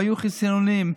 היו חיסונים,